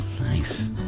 Nice